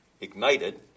ignited